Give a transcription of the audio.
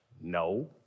No